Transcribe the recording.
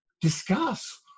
discuss